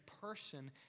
person